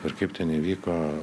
ir kaip ten įvyko